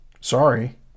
Sorry